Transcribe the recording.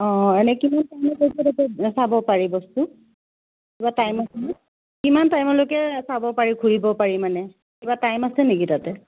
চাব পাৰি বস্তু কিবা টাইম আছেনে কিমান টাইমলৈকে চাব পাৰি ঘূৰিব পাৰি মানে কিবা টাইম আছে নেকি তাতে